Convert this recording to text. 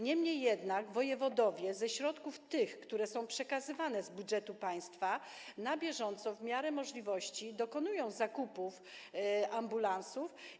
Niemniej jednak wojewodowie z tych środków, które są przekazywane z budżetu państwa, na bieżąco, w miarę możliwości dokonują zakupów ambulansów.